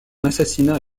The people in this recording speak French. assassinat